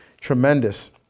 tremendous